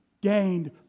gained